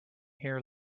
here